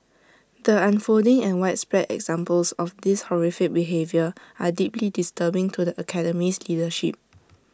the unfolding and widespread examples of this horrific behaviour are deeply disturbing to the Academy's leadership